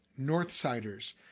Northsiders